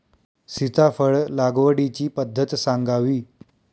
सीताफळ लागवडीची पद्धत सांगावी?